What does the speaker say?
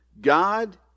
God